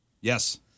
Yes